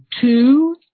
two